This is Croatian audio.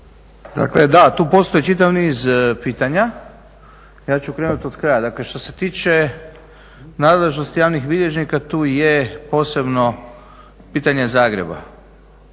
Dakle da, tu postoji čitav niz pitanja, ja ću krenuti od kraja. Dakle, što se tiče nadležnosti javnih bilježnika tu je posebno pitanje Zagreba.